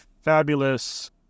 fabulous